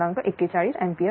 41 ampere आहे